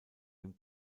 dem